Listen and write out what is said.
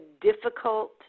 difficult